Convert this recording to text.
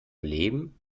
leben